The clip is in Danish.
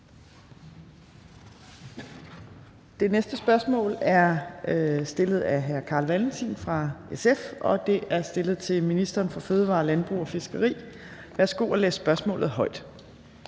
Det næste spørgsmål er stillet af hr. Carl Valentin fra SF, og det er stillet til ministeren for fødevarer, landbrug og fiskeri. Kl. 15:13 Spm. nr.